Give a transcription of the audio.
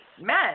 men